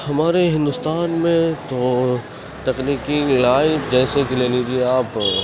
ہمارے ہندوستان میں تو تکنیکی لائٹ جیسے کہ لے لیجیے آپ